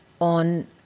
on